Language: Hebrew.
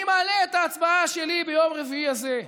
אני מעלה את ההצבעה שלי ביום רביעי הזה,